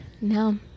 No